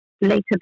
later